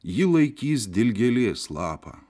ji laikys dilgėlės lapą